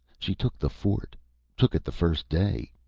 she took the fort took it the first day!